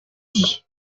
dis